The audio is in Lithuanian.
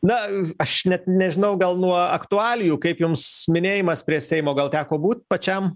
na aš net nežinau gal nuo aktualijų kaip jums minėjimas prie seimo gal teko būt pačiam